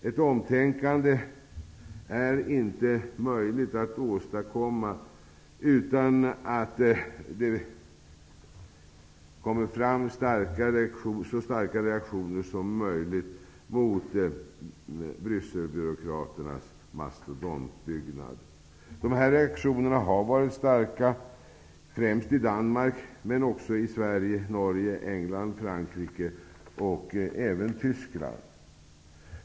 Ett omtänkande är inte möjligt att åstadkomma utan att det kommer fram så starka reaktioner som möjligt mot Brysselbyråkraternas mastodontbyggnader. Dessa reaktioner har varit starka, främst i Danmark men också i Sverige, Norge, England, Frankrike och Tyskland.